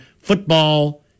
football